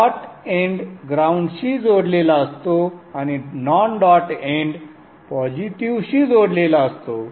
dot end ग्राऊंडशी जोडलेला असतो आणि नॉन डॉट एंड पॉझिटिव्हशी जोडलेला असतो